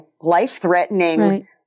life-threatening